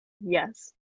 yes